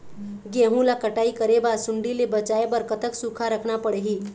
गेहूं ला कटाई करे बाद सुण्डी ले बचाए बर कतक सूखा रखना पड़ही?